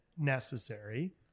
necessary